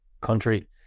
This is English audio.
country